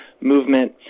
movement